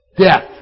Death